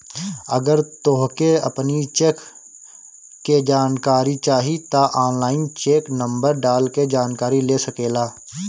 अगर तोहके अपनी चेक के जानकारी चाही तअ ऑनलाइन चेक नंबर डाल के जानकरी ले सकेला